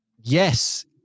yes